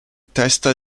testa